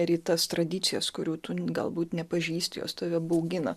ar į tas tradicijas kurių galbūt nepažįsti jos tave baugina